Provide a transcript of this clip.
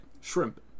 Shrimp